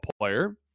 player